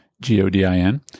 G-O-D-I-N